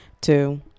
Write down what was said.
two